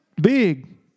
big